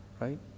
right